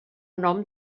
nom